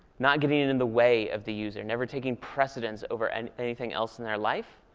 not getting and in the way of the user. never taking precedence over and anything else in their life.